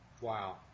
Wow